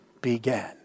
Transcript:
began